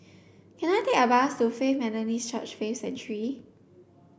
can I take a bus to Faith Methodist Church Faith Sanctuary